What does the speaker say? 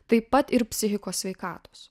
taip pat ir psichikos sveikatos